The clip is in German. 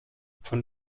von